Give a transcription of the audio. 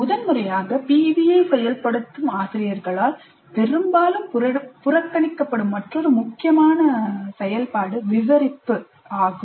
முதன்முறையாக PBI செயல்படுத்தும் ஆசிரியர்களால் பெரும்பாலும் புறக்கணிக்கப்படும் மற்றொரு மிக முக்கியமான செயல்பாடு விவரிப்பு ஆகும்